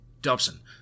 Dobson